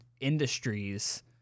industries